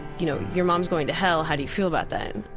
you know, your mom's going to hell. how do you feel about that?